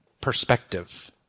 perspective